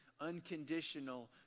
unconditional